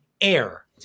Air